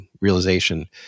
realization